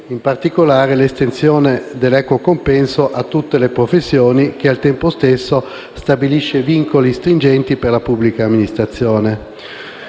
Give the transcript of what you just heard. in particolare l'estensione dell'equo compenso a tutte le professioni, che al tempo stesso stabilisce vincoli stringenti per la pubblica amministrazione.